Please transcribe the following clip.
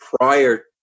prior